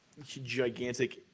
gigantic